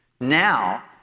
Now